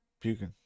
puking